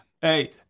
Hey